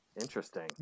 interesting